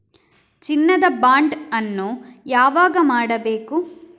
ಚಿನ್ನ ದ ಬಾಂಡ್ ಅನ್ನು ಯಾವಾಗ ಮಾಡಬೇಕು?